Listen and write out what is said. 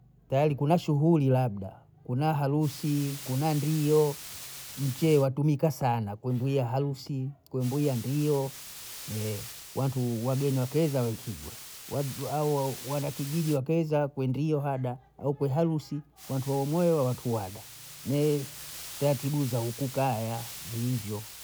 Tayari kuna shuhuli labda, kuna harusi kuna ndio mcheye watumika sana kumbwia harusi, kumbwia ndio wantu wageni wakieza waekigwa hao wanakijiji wakieza kwendio hada au kwe harusi, wantu waumwe wantu wada ne taratibu za huku kaya ziyivyo